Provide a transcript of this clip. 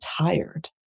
tired